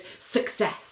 success